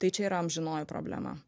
tai čia yra amžinoji problema